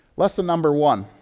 lesson number one.